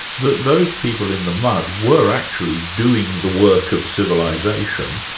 that those people in the mud were actually doing the work of civilisation,